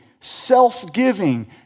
self-giving